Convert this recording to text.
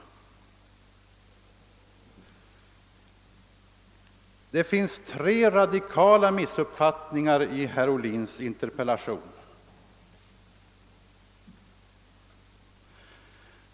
Det finns tre radikala missuppfattningar i herr Ohlins interpellation.